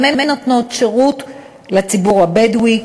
גם הן נותנות שירות לציבור הבדואי,